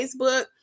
Facebook